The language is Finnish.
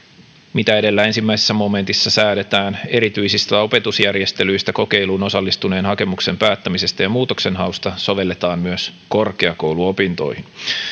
mitä edellä ensimmäisessä momentissa säädetään erityisistä opetusjärjestelyistä kokeiluun osallistuneen hakemuksen päättämisestä ja muutoksenhausta sovelletaan myös korkeakouluopintoihin